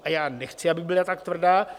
A já nechci, aby byla tak tvrdá.